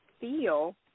feel